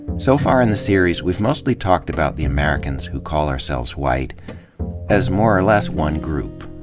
so far in the series, we've mostly ta lked about the americans who ca ll ourselves white as more or less one group.